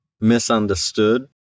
misunderstood